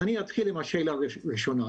אני אתחיל עם השאלה הראשונה,